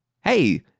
hey